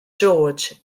george